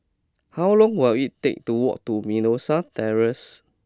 how long will it take to walk to Mimosa Terrace